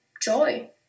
joy